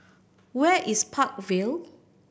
where is Park Vale